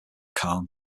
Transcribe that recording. khan